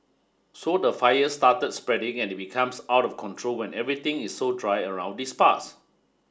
so the fire starts the spreading and it becomes out of control when everything is so dry around these parts